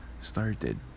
started